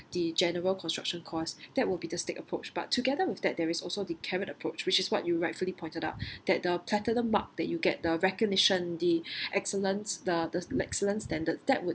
the general construction costs that will be the stick approach but together with that there is also the carrot approach which is what you rightfully pointed out that the platinum mark that you get the recognition the excellence the exc~ excellent standard that would